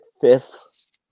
fifth